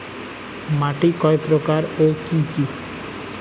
মাটি কয় প্রকার ও কি কি?